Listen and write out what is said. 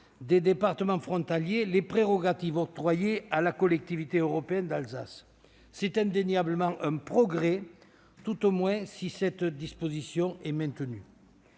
des départements frontaliers les prérogatives octroyées à la Collectivité européenne d'Alsace. C'est indéniablement un progrès, tout du moins si cette disposition est maintenue.